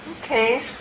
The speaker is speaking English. Okay